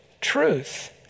truth